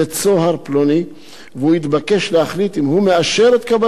והוא יתבקש להחליט אם הוא מאשר את קבלת השיחה או לא מקבל.